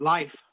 Life